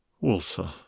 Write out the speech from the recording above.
walter